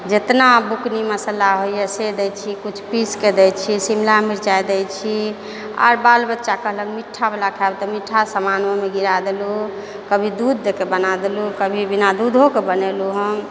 जतना बुकनी मसल्ला होइए से दै छी किछु पीसिके दै छी शिमला मिरचाइ दै छी आओर बाल बच्चा कहलक मीठावला खाएब तऽ मीठा समान ओहिमे गिरा देलहुँ कभी दूध दऽ कऽ बना देलहुँ कभी बिना दूधोके बनेलहुँ हम